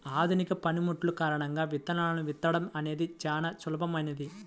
ఆధునిక పనిముట్లు కారణంగా విత్తనాలను విత్తడం అనేది నేడు చాలా సులభమైపోయింది